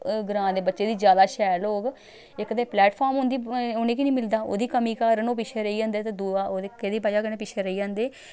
ग्रांऽ दे बच्चे दी जादा शैल होग इक ते प्लैटफार्म उं'दी उ'नेंगी निं मिलदा ओह्दी कमी कारण ओह् पिच्छें रेही जंदे ते दूआ ओह् केह्दी बजह कन्नै पिच्छे रेही जंदे